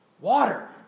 water